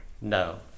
No